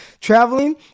traveling